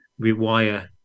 rewire